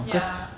ya